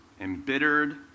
embittered